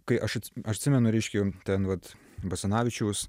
kai aš aš atsimenu reiškia ten vat basanavičiaus